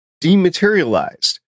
dematerialized